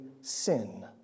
sin